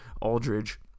Aldridge